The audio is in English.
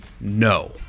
no